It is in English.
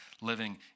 living